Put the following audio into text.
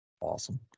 Awesome